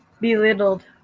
belittled